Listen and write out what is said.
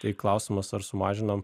tai klausimas ar sumažinam